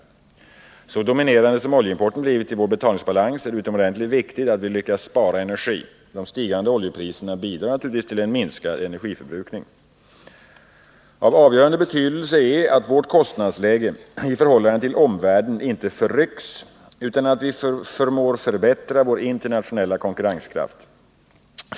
Så dominerande som oljeimporten blivit i vår betalningsbalans är det utomordentligt viktigt att vi lyckas spara energi. De stigande oljepriserna bidrar till en minskad energiförbrukning. Av avgörande betydelse är att vårt kostnadsläge i förhållande till omvärlden inte förrycks utan att vi förmår förbättra vår internationella konkurrenskraft.